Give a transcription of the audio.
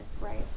Right